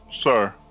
sir